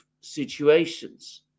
situations